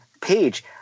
page